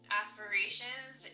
aspirations